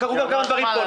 קרו גם כמה דברים פה,